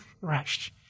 rush